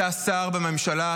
אתה שר בממשלה,